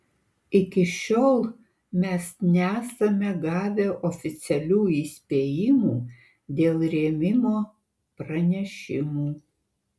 iki šiol mes nesame gavę oficialių įspėjimų dėl rėmimo pranešimų